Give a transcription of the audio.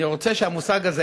אני רוצה שהמושג הזה,